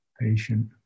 patient